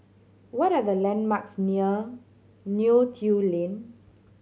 what are the landmarks near Neo Tiew Lane